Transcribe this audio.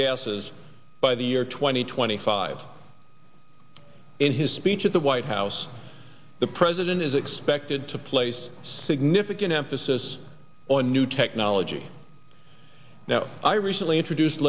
gases by the year twenty twenty five in his speech at the white house the president is expected to place significant emphasis on new technology now i recently introduced